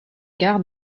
gare